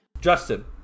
Justin